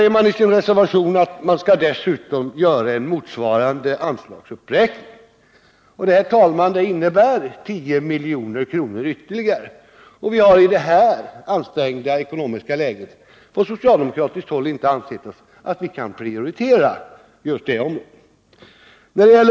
I reservationen föreslås vidare en motsvarande anslagsuppräkning. Det, herr talman, innebär 10 milj.kr. ytterligare. Men i det ansträngda ekonomiska läge som råder har vi från socialdemokratiskt håll inte ansett oss kunna gå med på en sådan prioritering.